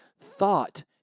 thought